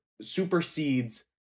supersedes